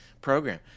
program